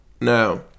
Now